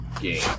game